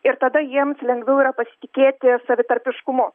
ir tada jiems lengviau yra pasitikėti savitarpiškumu